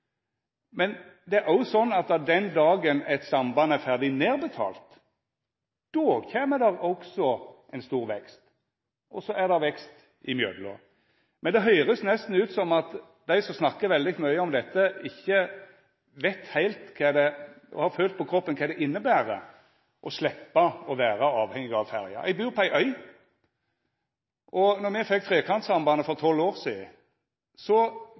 Men det er òg sånn at den dagen eit samband er ferdig nedbetalt, då kjem det òg ein stor vekst – og så er det vekst imellom der. Men det høyrest nesten ut som om dei som snakkar veldig mykje om dette, ikkje veit heilt og har følt på kroppen kva det inneber å sleppa å vera avhengig av ferja. Eg bur på ei øy, og då me fekk Trekantsambandet for tolv år sidan,